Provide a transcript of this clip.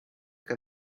que